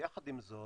יחד עם זאת